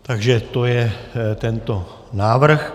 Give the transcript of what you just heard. Takže to je tento návrh.